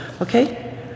Okay